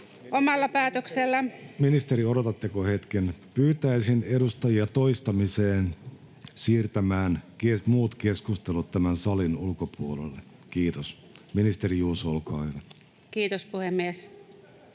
olkaa hyvä. Ministeri, odotatteko hetken? — Pyytäisin edustajia toistamiseen siirtämään muut keskustelut tämän salin ulkopuolelle. Kiitos. — Ministeri Juuso, olkaa hyvä. Kiitoksia.